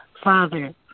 Father